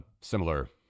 similar